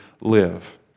live